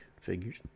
figures